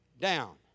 down